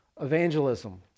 evangelism